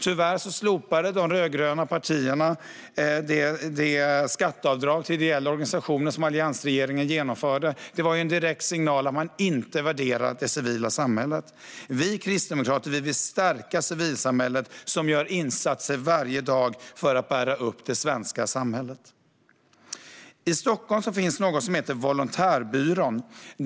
Tyvärr slopade de rödgröna partierna det skatteavdrag till ideella organisationer som alliansregeringen genomförde. Det var en direkt signal att man inte värderade det civila samhället. Vi kristdemokrater vill stärka det civilsamhälle som gör insatser varje dag för att bära upp det svenska samhället. I Stockholm finns Volontärbyrån.